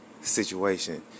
situation